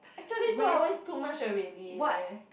actually two hours too much already leh